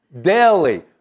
daily